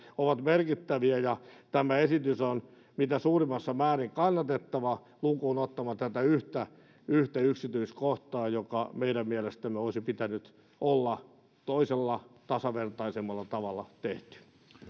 ovat merkittäviä ja tämä esitys on mitä suurimmassa määrin kannatettava lukuun ottamatta tätä yhtä yhtä yksityiskohtaa joka meidän mielestämme olisi pitänyt olla toisella tasavertaisemmalla tavalla tehty